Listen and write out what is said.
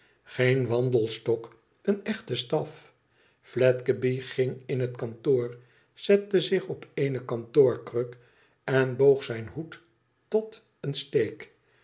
geen wandelstok een echte staf fledgeby ging in het kantoor zette zich op eene kantoorkruk en boog zijn hoed tot een steek